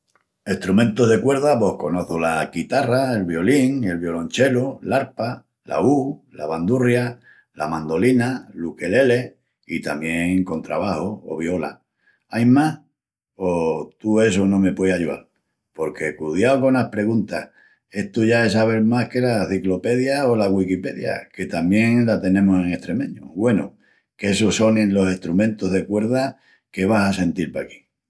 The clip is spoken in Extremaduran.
Estrumentus de cuerdas… pos conoçu la quitarra, el violin, el violonchelu, l'arpa, la ú, la bandurria, la mandolina, l'ukelele i tamién contrabaxu... o viola. Ain más? O tú essu no me pueis ayual? Porque cudiau conas preguntas, estu ya es sabel más que la ciclopedia o la güiquipedia, que tamién la tenemus en estremeñu. Güenu, qu'essus sonin los estrumentus de cuerdas que vas a sentil paquí.